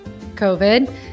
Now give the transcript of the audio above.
covid